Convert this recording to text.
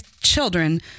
children